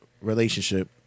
relationship